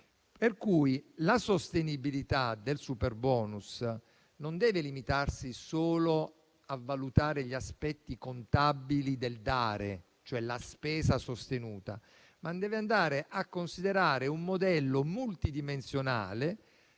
assoluto. La sostenibilità del superbonus non deve limitarsi quindi solo a valutare gli aspetti contabili del dare, cioè la spesa sostenuta, ma deve andare a considerare un modello multidimensionale,